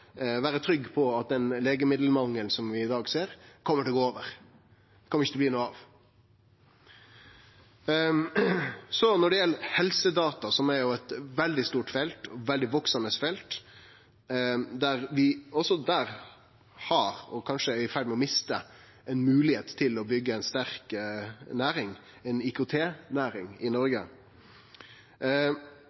vere trygg på at den legemiddelmangelen vi i dag ser, kjem til å gå over eller ikkje kjem til å bli noko av. Når det gjeld helsedata, som er eit veldig stort felt, eit veksande felt, er vi kanskje også der i ferd med å miste moglegheita til å byggje ei sterk næring, ei IKT-næring, i Noreg.